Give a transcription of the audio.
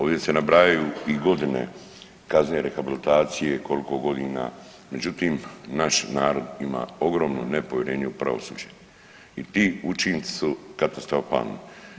Ovdje se nabrajaju i godine kazne rehabilitacije, koliko godina, međutim naš narod ima ogromno nepovjerenje u pravosuđe i ti učinci su katastrofalni.